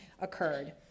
occurred